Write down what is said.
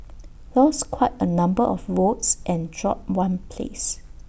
lost quite A number of votes and dropped one place